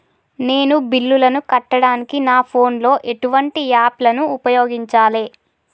నేను బిల్లులను కట్టడానికి నా ఫోన్ లో ఎటువంటి యాప్ లను ఉపయోగించాలే?